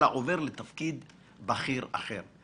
הוא עובר לתפקיד בכיר אחר?